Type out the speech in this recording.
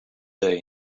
day